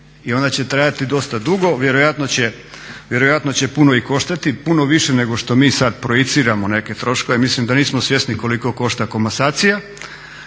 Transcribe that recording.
i ona će trajati dosta dugo. Vjerojatno će puno i koštati, puno više nego što mi sad projiciramo neke troškove. Mislim da nismo svjesni koliko košta komasacija.